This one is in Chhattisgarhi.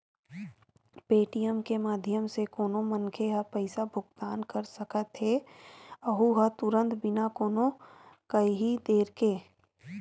पेटीएम के माधियम ले कोनो मनखे ह पइसा भुगतान कर सकत हेए अहूँ ह तुरते बिना कोनो काइही देर के